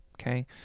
okay